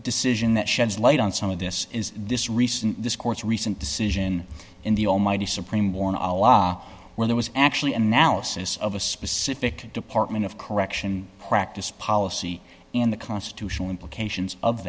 decision that sheds light on some of this is this recent this court's recent decision in the almighty supreme born a law where there was actually an analysis of a specific department of correction practice policy in the constitutional implications of